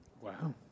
wow